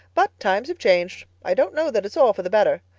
but times have changed. i don't know that it's all for the better.